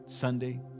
Sunday